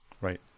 right